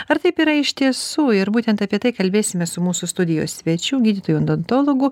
ar taip yra iš tiesų ir būtent apie tai kalbėsimės su mūsų studijos svečiu gydytoju odontologu